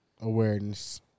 awareness